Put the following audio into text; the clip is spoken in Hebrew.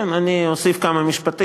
כן, אני אוסיף כמה משפטים.